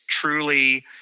truly